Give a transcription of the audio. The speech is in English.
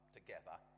together